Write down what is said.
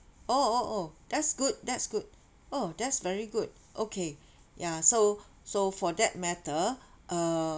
oh oh oh that's good that's good oh that's very good okay ya so so for that matter uh